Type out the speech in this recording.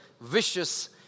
vicious